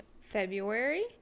February